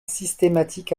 systématique